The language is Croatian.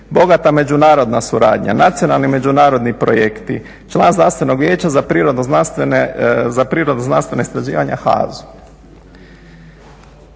bogata međunarodna suradnja, nacionalni međunarodni projekti, član Znanstvenog vijeća za prirodno znanstvena istraživanja HAZU.